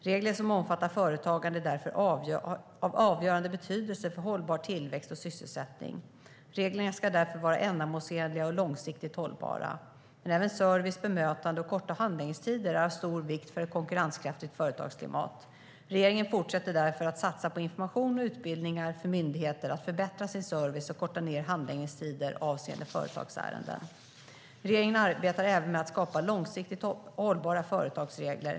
Regler som omfattar företagande är därför av avgörande betydelse för hållbar tillväxt och sysselsättning. Reglerna ska därför vara ändamålsenliga och långsiktigt hållbara. Men även service, bemötande och korta handläggningstider är av stor vikt för ett konkurrenskraftigt företagsklimat. Regeringen fortsätter därför att satsa på information och utbildningar för myndigheter att förbättra sin service och korta ned handläggningstider avseende företagsärenden. Regeringen arbetar även med att skapa långsiktigt hållbara företagsregler.